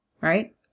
right